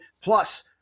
Plus